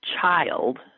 child